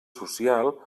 social